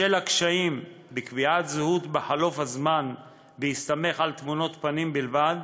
בשל הקשיים בקביעת זהות בחלוף הזמן בהסתמך על תמונות פנים בלבד,